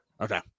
Okay